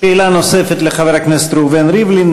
שאלה נוספת לחבר הכנסת ראובן ריבלין.